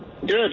Good